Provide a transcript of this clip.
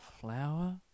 flower